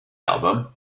album